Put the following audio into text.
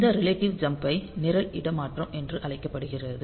இந்த relative jump ஐ நிரல் இடமாற்றம் என்று அழைக்கப்படுகிறது